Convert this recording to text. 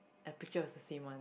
the picture was the same one